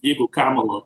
jeigu kamala